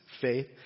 faith